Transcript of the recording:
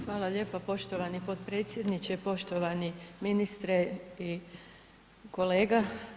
Hvala lijepo poštovani potpredsjedniče, poštovani ministre i kolega.